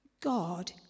God